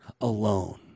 alone